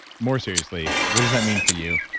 more seriously, what does that mean for you?